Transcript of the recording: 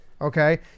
okay